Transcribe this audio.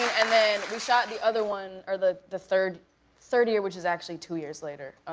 and then we shot the other one, or the the third, third year, which is actually two years later,